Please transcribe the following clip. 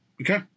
Okay